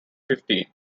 fifteen